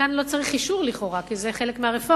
לכאורה כאן לא צריך אישור, כי זה חלק מהרפורמה,